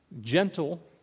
gentle